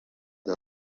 مقابل